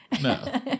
No